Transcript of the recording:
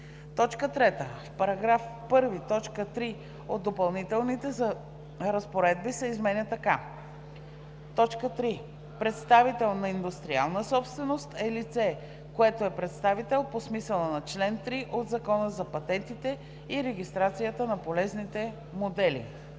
3. В § 1 т. 3 от допълнителните разпоредби се изменя така: „3. „Представител по индустриална собственост“ е лице, което е представител по смисъла на чл. 3 от Закона за патентите и регистрацията на полезните модели.“